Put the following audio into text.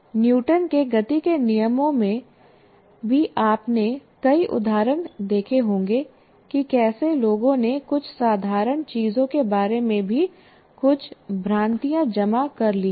Newton के गति के नियमों में भी आपने कई उदाहरण देखे होंगे कि कैसे लोगों ने कुछ साधारण चीजों के बारे में भी कुछ भ्रांतियां जमा कर ली हैं